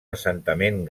assentament